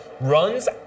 runs